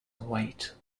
weight